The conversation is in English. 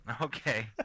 okay